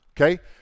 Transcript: Okay